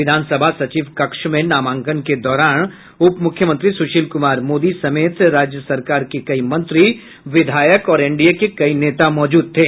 विधान सभा सचिव कक्ष में नामांकन के दौरान उप मुख्यमंत्री सुशील कुमार मोदी समेत राज्य सरकार के कई मंत्री विधायक और एनडीए के कई नेता मौजूद थे